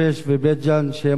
שהן אורחות הכנסת היום,